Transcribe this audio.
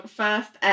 first